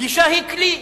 פגישה היא כלי,